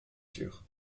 sûr